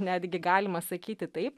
netgi galima sakyti taip